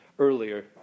earlier